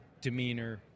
demeanor